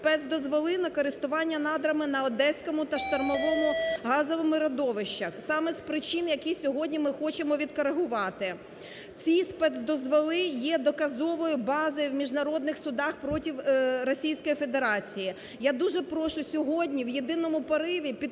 спецдозволи на користування надрами на Одеському та Штормовому газових родовищах саме з причин, які сьогодні ми хочемо відкоригувати. Ці спецдозволи є доказовою базою в міжнародних судах проти Російської Федерації. Я дуже прошу сьогодні в єдиному пориві підтримати